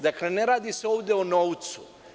Dakle, ne radi se ovde o novcu.